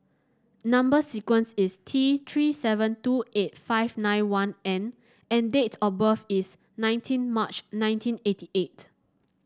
number sequence is T Three seven two eight five nine one N and date of birth is nineteen March nineteen eighty eight